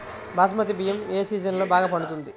బాస్మతి బియ్యం ఏ సీజన్లో బాగా పండుతుంది?